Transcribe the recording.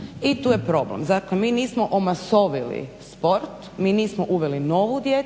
I tu je problem. Dakle, mi nismo omasovili sport, mi nismo uveli novu djecu